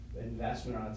investment